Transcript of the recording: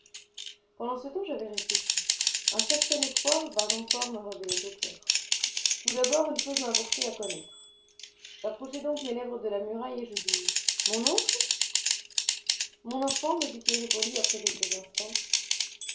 pendant ce temps j'avais réfléchi un certain espoir vague encore me revenait au coeur tout d'abord une chose m'importait à connaître j'approchai donc mes lèvres de la muraille et je dis mon oncle mon enfant me fut-il répondu après quelques instants